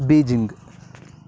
Beijing